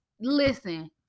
Listen